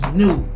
new